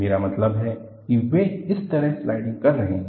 मेरा मतलब है कि वे इस तरह स्लाइडिंग कर रहे हैं